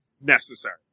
necessary